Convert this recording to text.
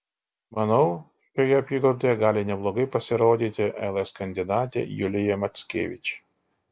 manau šioje apygardoje gali neblogai pasirodyti ls kandidatė julija mackevič